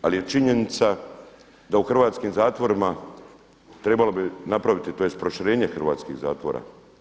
Ali je činjenica da u hrvatskim zatvorima trebalo bi napraviti, tj. proširenje hrvatskih zatvora.